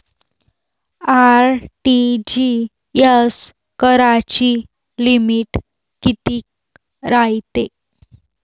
RTGS कराची limit कितीक रायते?